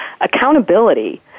Accountability